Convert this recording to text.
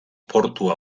portu